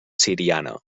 siriana